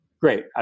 great